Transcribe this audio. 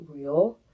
real